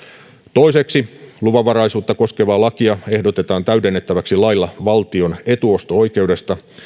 toiseksi luvanvaraisuutta koskevaa lakia ehdotetaan täydennettäväksi lailla valtion etuosto oikeudesta